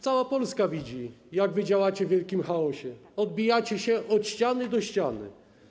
Cała Polska widzi, jak działacie w wielkim chaosie: odbijacie się od ściany do ściany.